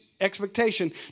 expectation